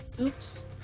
oops